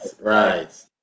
right